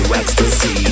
ecstasy